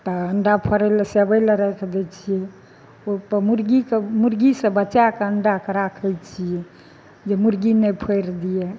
तऽ अण्डा फोड़ै लए सेबै लए राखि दै छियै ओहिपर मुर्गी सब मुर्गी से बचाके अण्डा कऽ राखैत छियै जे मुर्गी नहि फोड़ि दिए